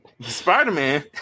Spider-Man